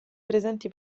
presenti